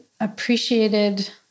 appreciated